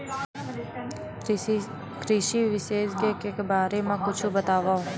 कृषि विशेषज्ञ के बारे मा कुछु बतावव?